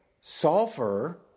sulfur